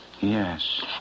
Yes